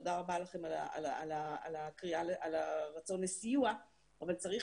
תודה רבה לכם על הרצון לסיוע אבל צריך